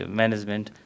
management